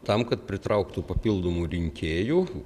tam kad pritrauktų papildomų rinkėjų